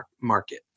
market